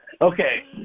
Okay